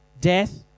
death